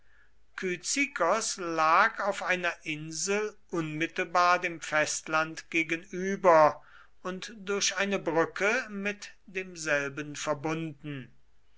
lag auf einer insel unmittelbar dem festland gegenüber und durch eine brücke mit demselben verbunden